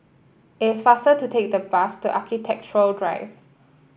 it is faster to take the bus to Architecture Drive